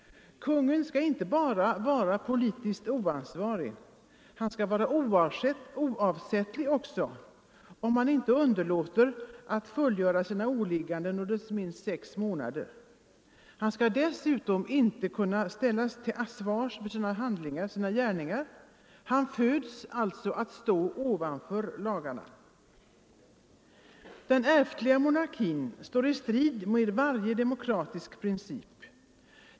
Kungen skall inte bara vara politiskt oansvarig, han skall vara oavsättlig också — om han inte underlåter att fullgöra sina åligganden under minst sex månader. Han skall vidare inte kunna ställas till svars för sina gärningar. Han föds alltså att stå ovanför lagarna. Den ärftliga monarkin står i strid med varje demokratisk princip.